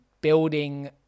building